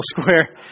square